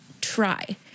try